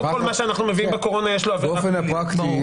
לא כל מה שאנחנו מביאים בקורונה יש לו עבירה פלילית.